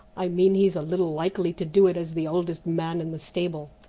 i mean he's a little likely to do it as the oldest man in the stable.